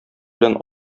белән